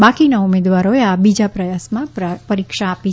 બાકીના ઉમેદવારોએ આ બીજા પ્રયાસમાં પરીક્ષા આપી છે